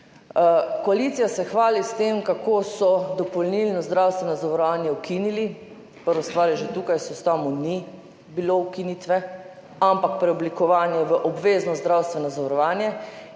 Koalicija se hvali s tem, kako so ukinili dopolnilno zdravstveno zavarovanje. Prva stvar je to, že tukaj se ustavimo, ni bilo ukinitve, ampak preoblikovanje v obvezno zdravstveno zavarovanje.